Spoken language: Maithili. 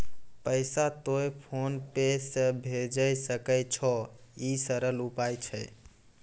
पैसा तोय फोन पे से भैजै सकै छौ? ई सरल उपाय छै?